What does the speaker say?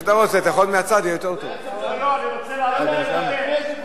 אני רוצה לעלות לדבר.